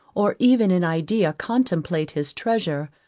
or even in idea contemplate his treasure,